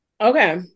Okay